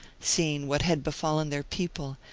seeing what had befallen their people,